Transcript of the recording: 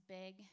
big